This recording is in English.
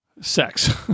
sex